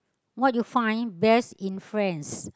what you find best in friends